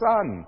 Son